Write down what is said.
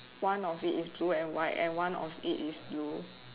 one of it is blue and white and one of it is blue